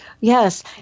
Yes